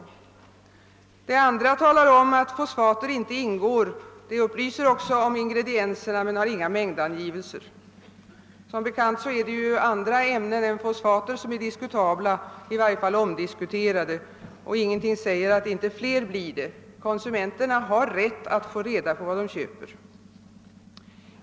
Beträffande det andra medlet talar man om att fosfatet inte ingår och upplyser även om ingredienserna men har inga mängdangivelser. Som bekant är det även andra ämnen än fosfater som är diskutabla — i varje fall omdiskuterade — och ingenting säger att inte fler blir det. Konsumenterna har rätt att få reda på vad de köper.